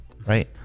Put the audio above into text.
Right